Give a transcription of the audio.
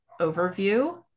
overview